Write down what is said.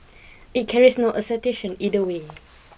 it carries no either way